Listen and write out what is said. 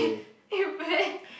you very